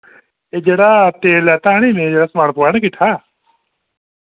एह् जेह्ड़ा तेल लैता हा नि मैं जेह्ड़ा समान पोआया निं किट्ठा